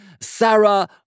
Sarah